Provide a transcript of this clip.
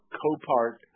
co-part